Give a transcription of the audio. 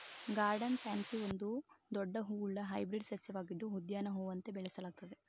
garden pansy ಒಂದು ದೊಡ್ಡ ಹೂವುಳ್ಳ ಹೈಬ್ರಿಡ್ ಸಸ್ಯವಾಗಿದ್ದು ಉದ್ಯಾನ ಹೂವಂತೆ ಬೆಳೆಸಲಾಗ್ತದೆ